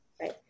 right